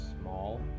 small